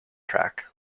track